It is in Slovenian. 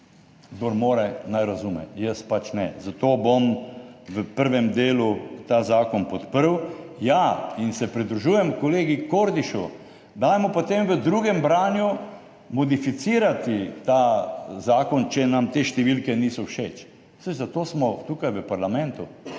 Kdor more, naj razume, jaz pač ne. Zato bom v prvem delu ta zakon podprl. Ja in se pridružujem kolegi Kordišu, dajmo potem v drugem branju modificirati ta zakon, če nam te številke niso všeč, saj zato smo tukaj v parlamentu.